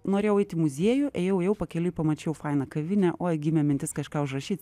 norėjau eit į muziejų ėjau ėjau pakeliui pamačiau fainą kavinę oi gimė mintis kažką užrašyt